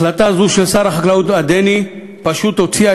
החלטה זו של שר החקלאות הדני פשוט הוציאה